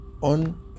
on